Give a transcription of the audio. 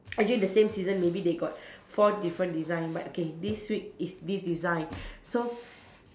again the same season maybe they got four different design but okay this week is this design so